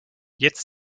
jetzt